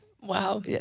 Wow